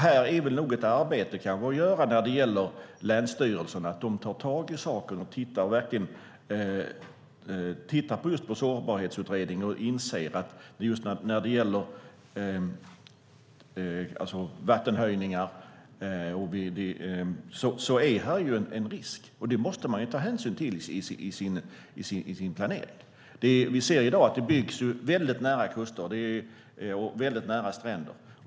Här finns ett arbete för länsstyrelserna att göra, så att de verkligen tar tag i saken, tittar på Sårbarhetsutredningen och inser att det finns en risk som gäller vattenhöjningar och så vidare. Det måste de ta hänsyn till i sin planering. Vi ser i dag att det byggs väldigt nära kuster och stränder.